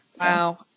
wow